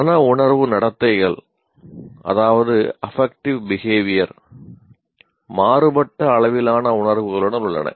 மனவுணர்வு நடத்தைகள் மாறுபட்ட அளவிலான உணர்வுகளுடன் உள்ளன